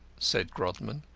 said grodman.